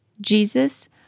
Jesus